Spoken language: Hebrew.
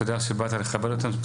תודה שבאת לכבד אותנו,